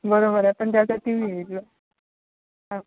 बरोबर आहे पण त्यासाठी हा